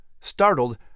Startled